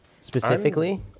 specifically